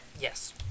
Yes